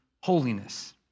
holiness